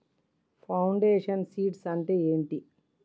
Foundation seeds అంటే ఏంటి?